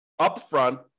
upfront